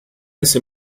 ese